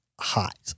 hot